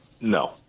No